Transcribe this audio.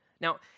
Now